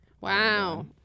Wow